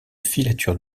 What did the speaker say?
filature